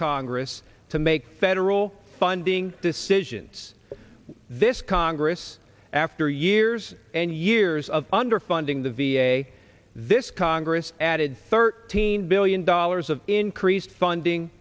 congress to make federal funding decisions in this congress after years and years of underfunding the v a this congress added thirteen billion dollars of increased funding